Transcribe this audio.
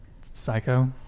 Psycho